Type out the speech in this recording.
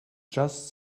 just